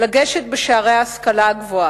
לגשת בשערי ההשכלה הגבוהה,